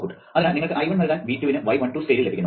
അതിനാൽ നിങ്ങൾക്ക് I1 നൽകാൻ V2 ന് y12 സ്കെയിൽ ലഭിക്കുന്നു